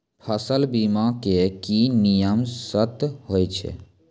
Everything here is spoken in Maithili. फसल बीमा के की नियम सर्त होय छै?